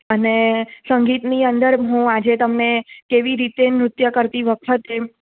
અને સંગીતની અંદર હું આજે તમને કેવી રીતે નૃત્ય કરતી વખતે એમ